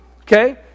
okay